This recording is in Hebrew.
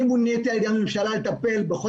אני מוניתי על ידי הממשלה לטפל בכל